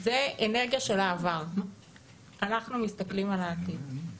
זו אנרגיה של העבר, ואנחנו מסתכלים על העתיד.